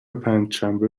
پنجشنبه